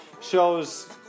shows